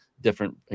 different